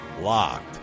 Locked